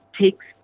takes